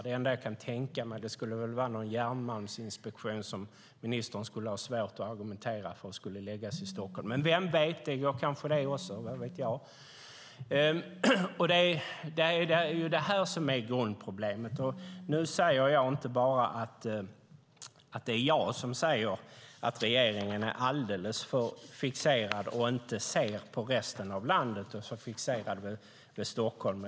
Det enda som jag skulle kunna tänka mig att ministern skulle ha svårt att argumentera för skulle lokaliseras till Stockholm är någon järnmalmsinspektion. Men det går kanske det också - vad vet jag? Det är det här som är grundproblemet. Nu säger jag inte bara att det är jag som säger att regeringen är alldeles för fixerad vid Stockholm och inte ser resten av landet.